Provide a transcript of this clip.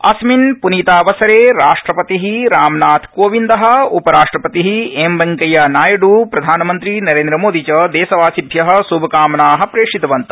अस्मिन् प्नीतावसरे राष्ट्रपति रामनाथ कोविंद उपराष्ट्रपति एमवेंक्यानायड् प्रधानमंत्री नरेन्द्रमोदी च देशवासिभ्य श्भकामना प्रेषितवन्त